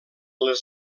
les